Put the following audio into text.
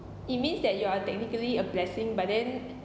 it means that you are technically a blessing but then